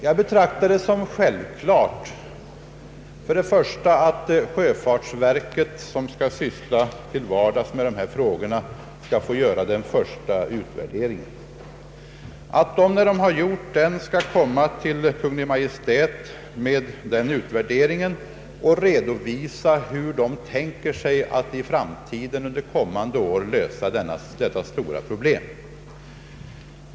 Jag betraktar det som självklart att sjöfartsverket, som till vardags skall syssla med dessa frågor, skall få göra den första utvärderingen. Därefter skall sjöfartsverket till Kungl. Maj:t redovisa hur man tänker sig att i framtiden lösa detta stora problem.